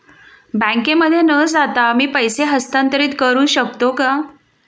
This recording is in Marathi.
बँकेमध्ये न जाता मी पैसे हस्तांतरित करू शकतो का?